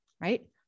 right